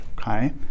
Okay